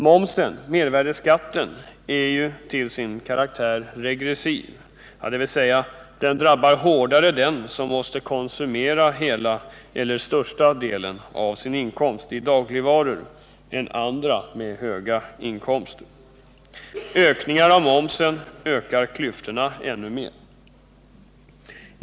Momsen är till sin karaktär regressiv, dvs. den drabbar hårdare en låginkomsttagare, som måste konsumera hela eller största delen av sin inkomst för dagligvaror, än en höginkomsttagare. Ökar momsen ökar klyftorna ännu mer.